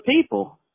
people